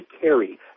carry